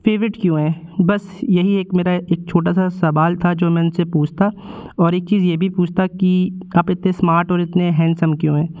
favourite क्यों हैं बस यही एक मेरा एक छोटा सा सवाल था जो मैं उनसे पूछता और एक चीज़ ये भी पूछता कि आप इतने इस्मार्ट और इतने हैन्डसम क्यों हैं